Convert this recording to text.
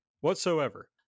whatsoever